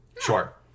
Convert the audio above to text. Sure